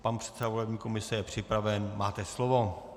Pan předseda volební komise je připraven, máte slovo.